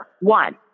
One